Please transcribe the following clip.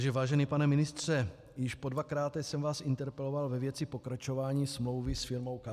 Takže vážený pane ministře, již podvakráte jsem vás interpeloval ve věci pokračování smlouvy s firmou Kapsch.